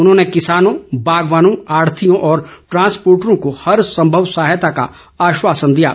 उन्होंने किसानों बागवानों आढ़तियों और ट्रांसर्पोटरों को हर संभव सहायता का आश्वासन दिया है